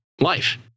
life